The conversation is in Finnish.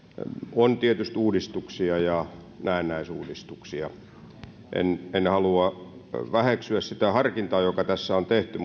on tietysti uudistuksia ja näennäisuudistuksia en en halua väheksyä sitä harkintaa joka tässä on tehty